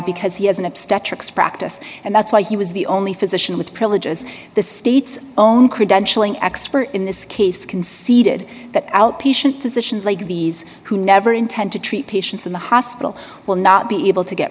because he has an obstetrics practice and that's why he was the only physician with privileges the state's own credentialing expert in this case conceded that outpatient positions like these who never intend to treat patients in the hospital will not be able to get